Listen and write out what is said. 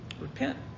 Repent